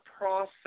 process